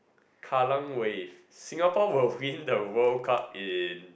Kallang Wave Singapore will win the World Cup in